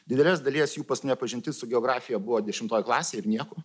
didelės dalies jų paskutinė pažintis su geografija buvo dešimtoj klasėj ir nieko